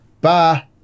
Bye